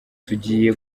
tugiye